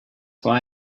why